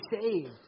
saved